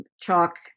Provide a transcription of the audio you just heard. chalk